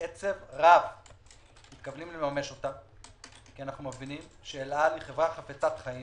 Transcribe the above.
בעצב רב מתכוונים לממש אותה כי אנו מבינים שאל על היא חברה חפצת חיים